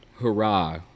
hurrah